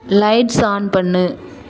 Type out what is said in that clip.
lights on பண்ணு